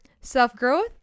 self-growth